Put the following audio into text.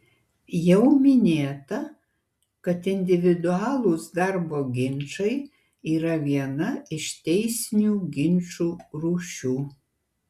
jau minėta kad individualūs darbo ginčai yra viena iš teisinių ginčų rūšių